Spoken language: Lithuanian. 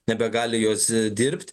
nebegali jos dirbt